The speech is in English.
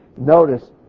Notice